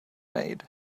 made